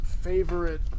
favorite